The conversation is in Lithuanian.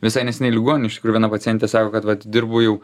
visai neseniai ligoninėj iš tikrųjų viena pacientė sako kad vat dirbu jau